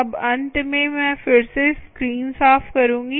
अब अंत में मैं फिर से स्क्रीन साफ करूंगी